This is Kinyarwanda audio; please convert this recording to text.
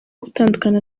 gutandukana